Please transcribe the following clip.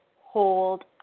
hold